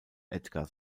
edgar